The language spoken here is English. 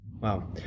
Wow